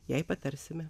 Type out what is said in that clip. jai patarsime